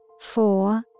four